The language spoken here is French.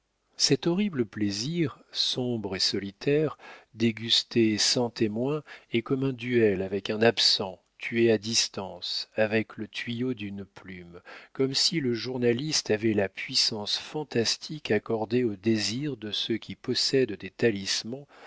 cet horrible plaisir sombre et solitaire dégusté sans témoins est comme un duel avec un absent tué à distance avec le tuyau d'une plume comme si le journaliste avait la puissance fantastique accordée aux désirs de ceux qui possèdent des talismans